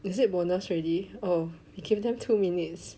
is it bonus already oh we gave them two minutes